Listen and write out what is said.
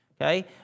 Okay